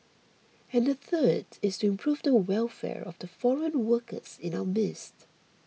and the third is to improve the welfare of the foreign workers in our midst